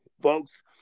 Folks